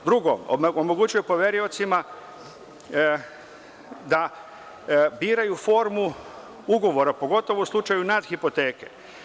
Drugo, omogućuje poveriocima da biraju formu ugovora, pogotovo u slučaju nadhipoteke.